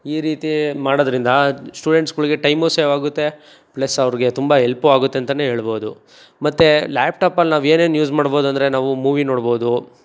ಈ ರೀತಿ ಮಾಡೋದ್ರಿಂದ ಸ್ಟೂಡೆಂಟ್ಸ್ಗಳಿಗೆ ಟೈಮು ಸೇವಾಗುತ್ತೆ ಪ್ಲಸ್ ಅವ್ರಿಗೆ ತುಂಬ ಎಲ್ಪು ಆಗುತ್ತೆ ಅಂತಲೇ ಹೇಳ್ಬೋದು ಮತ್ತು ಲ್ಯಾಪ್ಟಾಪಲ್ಲಿ ನಾವು ಏನೇನು ಯೂಸ್ ಮಾಡ್ಬೋದು ಅಂದರೆ ನಾವು ಮೂವಿ ನೋಡ್ಬೋದು